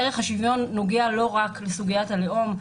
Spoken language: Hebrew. ערך השוויון נוגע לא רק לסוגית הלאום.